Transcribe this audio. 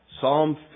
Psalm